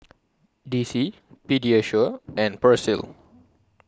D C Pediasure and Persil